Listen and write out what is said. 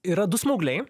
yra du smaugliai